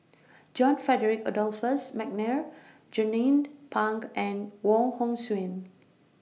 John Frederick Adolphus Mcnair Jernnine Pang and Wong Hong Suen